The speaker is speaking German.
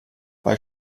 bei